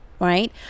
Right